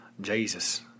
jesus